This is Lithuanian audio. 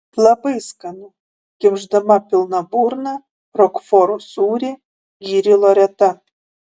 labai skanu kimšdama pilna burna rokforo sūrį gyrė loreta